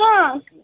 हां